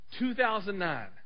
2009